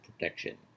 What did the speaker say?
protection